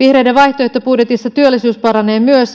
vihreiden vaihtoehtobudjetissa työllisyys paranee myös